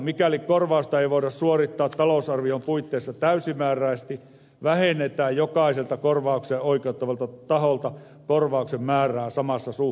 mikäli korvausta ei voida suorittaa talousarvion puitteissa täysimääräisesti vähennetään jokaiselta korvaukseen oikeutetulta taholta korvauksen määrää samassa suhteessa